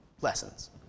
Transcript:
lessons